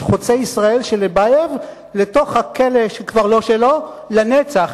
חוצה-ישראל של לבייב לתוך הכלא שכבר לא שלו לנצח,